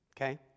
okay